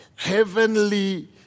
Heavenly